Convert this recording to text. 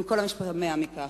על כל המשתמע מכך.